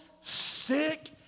sick